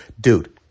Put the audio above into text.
Dude